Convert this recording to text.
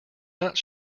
not